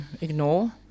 ignore